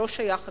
שלו שייך הכסף,